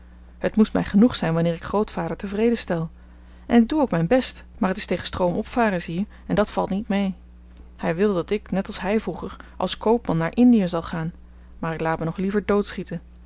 het moest mij genoeg zijn wanneer ik grootvader tevreden stel en ik doe ook mijn best maar het is tegen stroom opvaren zie je en dat valt niet mee hij wil dat ik net als hij vroeger als koopman naar indië zal gaan maar ik laat me nog liever doodschieten